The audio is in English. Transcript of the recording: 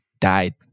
died